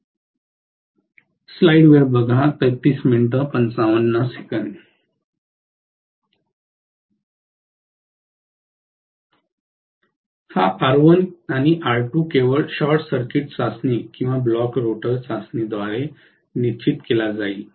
हा R1 आणि R2 केवळ शॉर्ट सर्किट चाचणी किंवा ब्लॉक रोटर चाचणीद्वारे निश्चित केला जाईल